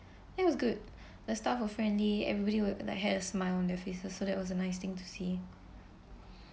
it was good the staff were friendly everybody were like has smiles on their faces so that was a nice thing to see